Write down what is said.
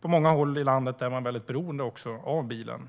På många håll i landet är man också beroende av bilen.